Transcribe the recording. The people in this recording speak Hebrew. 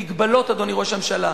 מגבלות, אדוני ראש הממשלה.